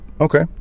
Okay